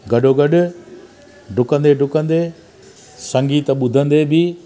गॾो गॾु डुकंदे डुकंदे संगीतु ॿुधंदे बि